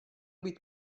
být